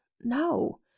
No